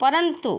परंतु